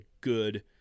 good